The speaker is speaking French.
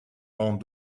ont